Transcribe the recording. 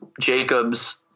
Jacob's